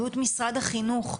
לאחריות משרד החינוך,